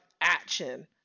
action